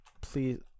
please